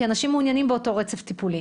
כי אנשים מעוניינים באותו רצף טיפולי.